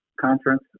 conference